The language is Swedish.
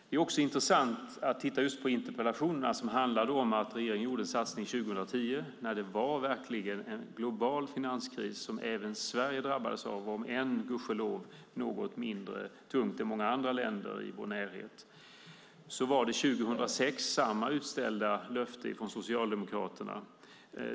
Det är också intressant att titta på interpellationerna, som handlar om att regeringen gjorde en satsning 2010 när det verkligen var en global finanskris som även Sverige drabbades av - om än, gudskelov, något mindre tungt än många andra länder i vår närhet. År 2006 fanns samma utställda löfte ifrån Socialdemokraterna.